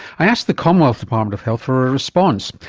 i asked the commonwealth department of health for a response.